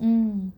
mm